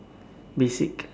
basic